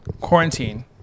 quarantine